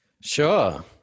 Sure